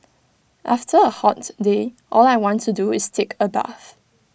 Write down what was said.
after A hot day all I want to do is take A bath